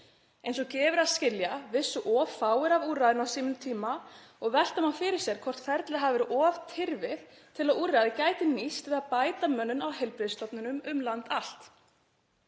Eins og gefur að skilja vissu of fáir af úrræðinu á sínum tíma og velta má fyrir sér hvort ferlið hafi verið of tyrfið til að úrræðið gæti nýst við að bæta mönnun á heilbrigðisstofnunum um land allt.